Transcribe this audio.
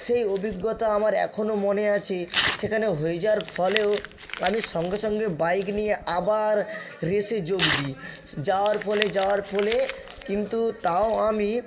সেই অভিজ্ঞতা আমার এখনও মনে আছে সেখানে হয়ে যাওয়ার ফলেও আমি সঙ্গে সঙ্গে বাইক নিয়ে আবার রেসে যোগ দিই যাওয়ার ফলে যাওয়ার ফলে কিন্তু তাও আমি